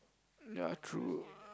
ya true